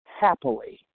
happily